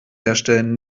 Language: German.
herstellen